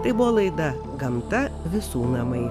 tai buvo laida gamta visų namai